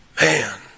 Man